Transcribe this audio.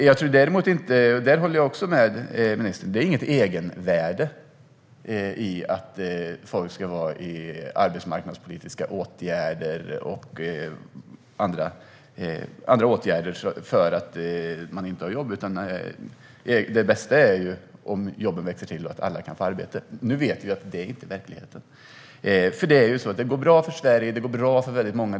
Däremot är det inget egenvärde i, och där håller jag också med ministern, att folk ska vara i arbetsmarknadspolitiska åtgärder och annat för att de inte har jobb. Det bästa är om jobben växer till och att alla kan få arbete. Nu vet vi att det inte är verkligheten. Det går bra för Sverige. Det går bra för väldigt många.